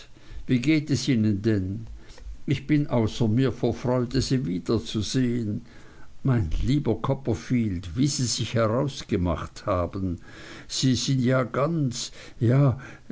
wie geht es ihnen denn ich bin außer mir vor freude sie wiederzusehen mein lieber copperfield wie sie sich herausgemacht haben sie sind ja ganz ja